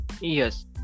Yes